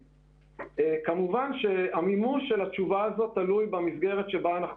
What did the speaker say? כמובן שהמימוש של התשובה תלוי במסגרת שבה אנחנו